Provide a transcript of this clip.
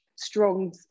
strong